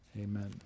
Amen